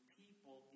people